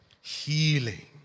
healing